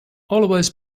always